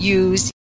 use